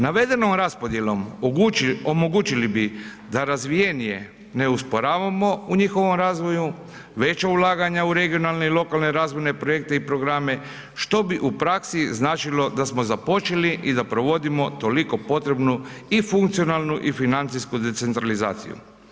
Navedenom raspodjelom omogućili bi da razvijenije ne usporavamo u njihovom razvoju, veća ulaganja u regionalne i lokalne razvojne projekte i programe, što bi u praksi značilo da smo započeli i da provodimo toliko potrebnu i funkcionalnu i financijsku decentralizaciju.